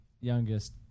youngest